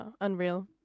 unreal